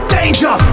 danger